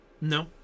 No